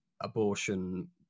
abortion